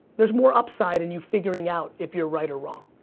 there's more upside in you figuring out if you're right or wrong.